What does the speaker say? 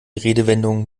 redewendungen